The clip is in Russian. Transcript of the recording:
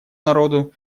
народу